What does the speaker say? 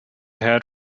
head